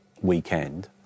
weekend